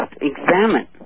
examine